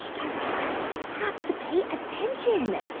guy raz, we have to pay attention.